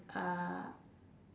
uh